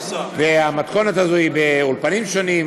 והמתכונת הזאת היא באולפנים שונים